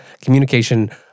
communication